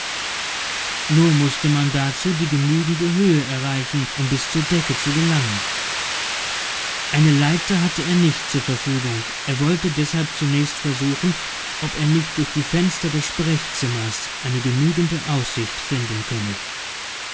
nur mußte man dazu die genügende höhe erreichen um bis zur decke zu gelangen eine leiter hatte er nicht zur verfügung er wollte deshalb zunächst versuchen ob er nicht durch die fenster des sprechzimmers eine genügende aussicht finden könne